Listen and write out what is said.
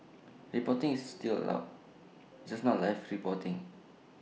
reporting is still allowed just not live reporting